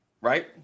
right